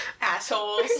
Assholes